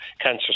cancer